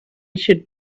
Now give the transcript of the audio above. should